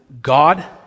God